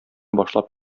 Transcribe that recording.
башлап